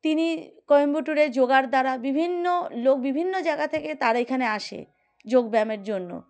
তিনি কোয়েম্বাটরে যোগার দ্বারা বিভিন্ন লোক বিভিন্ন জায়গা থেকে তার এখানে আসে যোগব্যায়ামের জন্য